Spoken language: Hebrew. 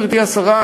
גברתי השרה,